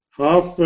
half